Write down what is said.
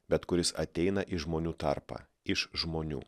bet kuris ateina į žmonių tarpą iš žmonių